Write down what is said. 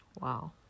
Wow